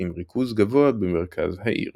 עם ריכוז גבוה במרכז העיר.